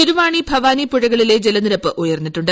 ശിരുവാണി ഭവാനി പുഴകളിലെ ജലനിരപ്പ് ഉയർന്നിട്ടുണ്ട്